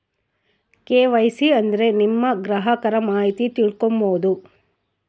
KYC ಅಂದ್ರೆ ನಿಮ್ಮ ಗ್ರಾಹಕರ ಮಾಹಿತಿ ತಿಳ್ಕೊಮ್ಬೋದು